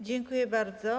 Dziękuję bardzo.